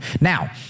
Now